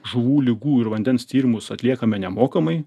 žuvų ligų ir vandens tyrimus atliekame nemokamai